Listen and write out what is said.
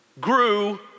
grew